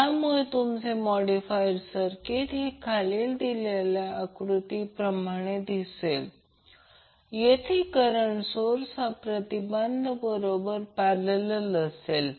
त्यामुळे तुमचे modified circuit हे खालील दिलेल्या आकृतीप्रमाणे दिसेल जेथे करंट सोर्स हा प्रति बाध बरोबर पॅरलल असेल